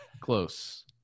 Close